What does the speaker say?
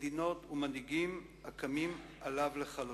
מדינות ומנהיגים הקמים עליו לכלותו.